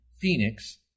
phoenix